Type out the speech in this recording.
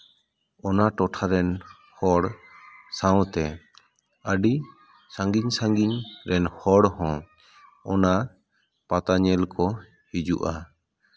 ᱚᱱᱟ ᱴᱚᱴᱷᱟ ᱨᱮ ᱦᱚᱲ ᱥᱟᱶᱛᱮ ᱟᱹᱰᱤ ᱥᱟᱺᱜᱤᱧ ᱥᱟᱺᱜᱤᱧ ᱨᱮᱱ ᱦᱚᱲ ᱦᱚᱸ ᱚᱱᱟ ᱯᱟᱛᱟ ᱧᱮᱞ ᱠᱚ ᱦᱤᱡᱩᱜᱼᱟ